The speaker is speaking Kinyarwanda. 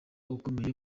ukomeye